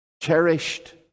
cherished